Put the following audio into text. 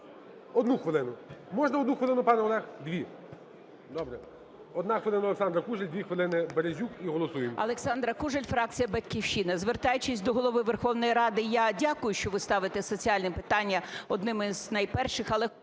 Одну хвилину. Можна одну хвилину, пане Олег? Дві. Добре. Одна хвилина - Олександра Кужель, дві хвилини - Березюк і голосуємо.